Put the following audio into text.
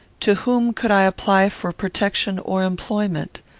to whom could i apply for protection or employment?